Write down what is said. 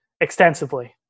extensively